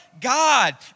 God